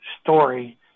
story